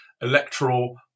electoral